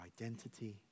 identity